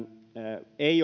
ei